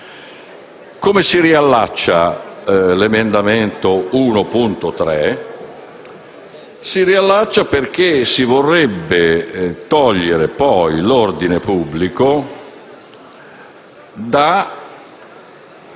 Come si riallaccia l'emendamento 1.3? Si riallaccia perché si vorrebbe ripristinare l'ordine pubblico nella